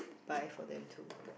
buy for them too